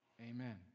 Amen